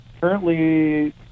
Currently